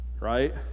Right